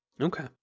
okay